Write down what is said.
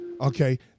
Okay